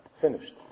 Finished